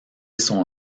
son